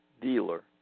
dealer